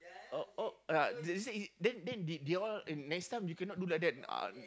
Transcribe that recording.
oh oh ya they they say then then they all eh next time you cannot do like that uh